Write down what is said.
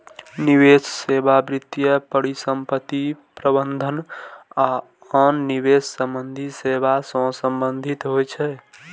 निवेश सेवा वित्तीय परिसंपत्ति प्रबंधन आ आन निवेश संबंधी सेवा सं संबंधित होइ छै